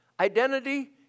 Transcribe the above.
Identity